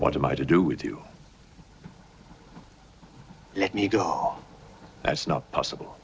what am i to do with you let me go that's not possible